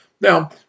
Now